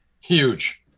huge